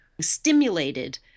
stimulated